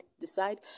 decide